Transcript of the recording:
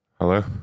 Hello